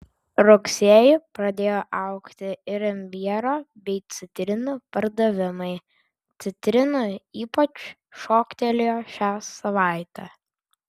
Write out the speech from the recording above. rugsėjį pradėjo augti ir imbiero bei citrinų pardavimai citrinų ypač šoktelėjo šią savaitę